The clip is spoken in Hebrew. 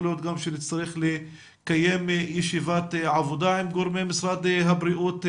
יכול להיות שנצטרך לקיים ישיבת עבודה עם גורמי משרד הבריאות בנושא,